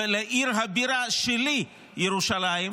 ולעיר הבירה שלי ירושלים.